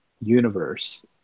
universe